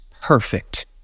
perfect